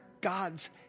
God's